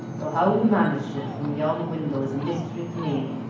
though how he managed it from yon window is a myst'ry to me.